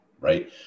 Right